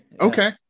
Okay